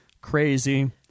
crazy